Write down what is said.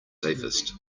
safest